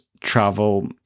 travel